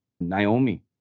Naomi